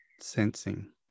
sensing